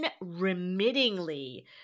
unremittingly